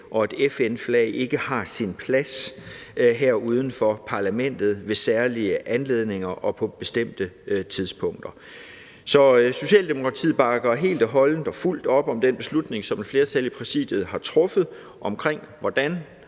og et FN-flag ikke har sin plads her uden for parlamentet ved særlige anledninger og på bestemte tidspunkter. Socialdemokratiet bakker helt og holdent og fuldt op om den beslutning, som et flertal i Præsidiet har truffet, om, hvilke